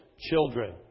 children